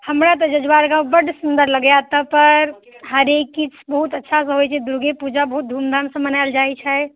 हमरा तऽ जजुआर गाँव बड सुंदर लगैया एतऽ पर हरेक किछु बहुत अच्छासँ होइत छै दुर्गे पूजा बहुत धूम धामसँ मनायल जाइत छै